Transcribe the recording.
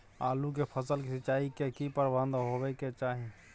आलू के फसल के सिंचाई के की प्रबंध होबय के चाही?